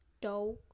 dog